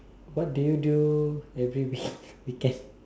what do you do every week weekend